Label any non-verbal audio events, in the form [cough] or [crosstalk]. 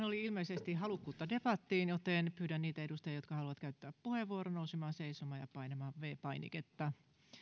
[unintelligible] oli ilmeisesti halukkuutta debattiin joten pyydän niitä edustajia jotka haluavat käyttää puheenvuoron nousemaan seisomaan ja painamaan viides painiketta